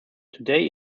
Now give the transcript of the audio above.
today